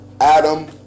Adam